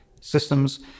systems